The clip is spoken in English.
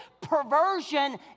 Perversion